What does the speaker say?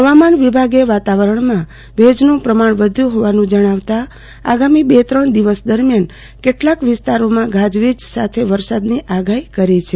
હવામાન વિભાગે વાતાવરણાં ભેજનું પ્રમાણ વધ્યુ હોવાનું જણાવતાં આગામી બે ત્રણ દિવસ દરમિયાન કેટલાક વિસ્તારોમાં ગાજવીજ સાથે વરસાદની આગાહી કરી છે